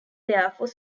therefore